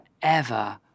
forever